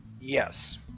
Yes